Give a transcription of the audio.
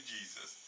Jesus